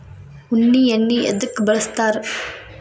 ಉಣ್ಣಿ ಎಣ್ಣಿ ಎದ್ಕ ಬಳಸ್ತಾರ್?